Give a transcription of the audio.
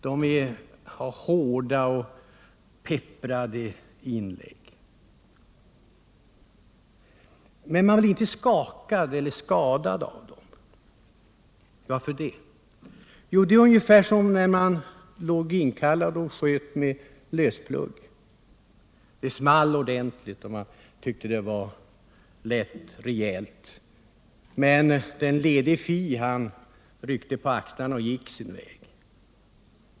De kommer med hårda och pepprade inlägg, men man blir inte skakad eller skadad av dem. Varför? Jo, det är ungefär som det var när man låg inkallad och sköt med lösplugg: det small ordentligt, och man tyckte det lät rejält, men den lede fi ryckte bara på axlarna och gick sin väg.